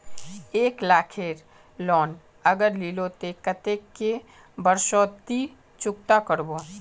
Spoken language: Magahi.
एक लाख केर लोन अगर लिलो ते कतेक कै बरश सोत ती चुकता करबो?